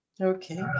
Okay